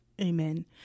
Amen